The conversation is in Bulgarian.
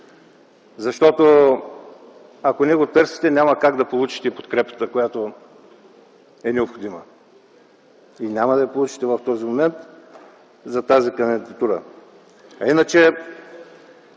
Ако не го търсите, няма как да получите подкрепата, която е необходима. Няма да я получите в този момент за тази кандидатура. Ако